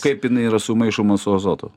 kaip jinai yra sumaišoma su azotu